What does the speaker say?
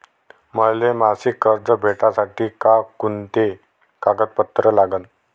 मले मासिक कर्ज भेटासाठी का कुंते कागदपत्र लागन?